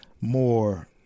more